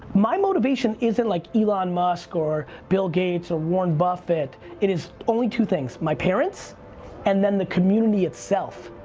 my motivation isn't like elon musk or bill gates or warren buffett, it is only two things, my parents and then the community itself.